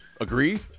agree